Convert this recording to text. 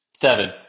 Seven